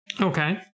Okay